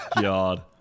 God